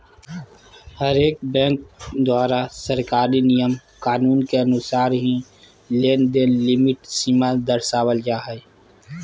हरेक बैंक द्वारा सरकारी नियम कानून के अनुसार ही लेनदेन लिमिट सीमा दरसावल जा हय